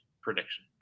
Prediction